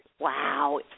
Wow